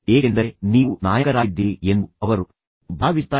ಏಕೆಂದರೆ ನೀವು ನಾಯಕರಾಗಿದ್ದೀರಿ ಎಂದು ಅವರು ಭಾವಿಸುತ್ತಾರೆ